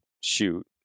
shoot